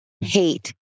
hate